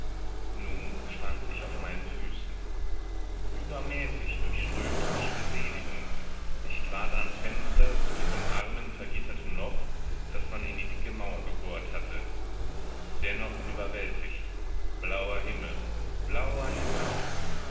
nun stand ich auf meinen füßen übermäßig durchströmte mich beseligung ich trat ans fenster zu diesem armen vergitterten loch das man in die dicke mauer gebohrt hatte dennoch überwältigt blauer himmel blauer himmel